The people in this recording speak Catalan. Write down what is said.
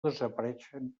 desapareixen